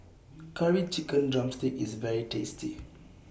Curry Chicken Drumstick IS very tasty